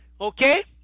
okay